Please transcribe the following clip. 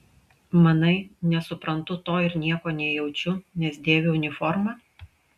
manai nesuprantu to ir nieko nejaučiu nes dėviu uniformą